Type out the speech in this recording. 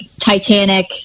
Titanic